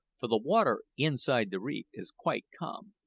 for the water inside the reef is quite calm.